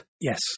Yes